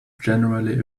generally